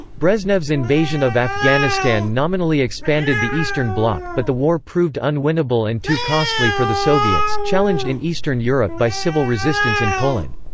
brezhnev's invasion of afghanistan nominally expanded the eastern bloc, but the war proved unwinnable and too costly for the soviets, challenged in eastern europe by civil resistance in poland.